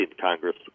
Congress